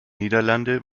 niederlande